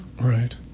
right